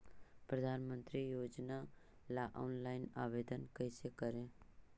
प्रधानमंत्री योजना ला ऑनलाइन आवेदन कैसे करे?